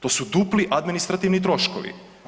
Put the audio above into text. To su dupli administrativni troškovi.